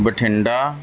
Bathinda